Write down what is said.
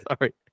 Sorry